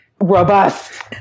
robust